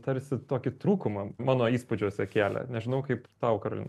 tarsi tokį trūkumą mano įspūdžiuose kėlė nežinau kaip tau karolina